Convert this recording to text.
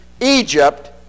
Egypt